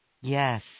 Yes